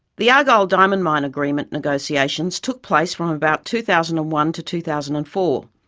the argyle diamond mine agreement negotiations took place from about two thousand and one to two thousand and four,